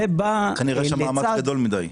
כנראה המאמץ גדול מדי.